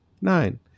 nine